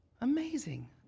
Amazing